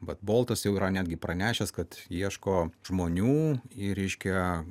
vat boltas jau yra netgi pranešęs kad ieško žmonių į reiškia